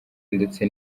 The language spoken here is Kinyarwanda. ndetse